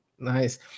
Nice